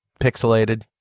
pixelated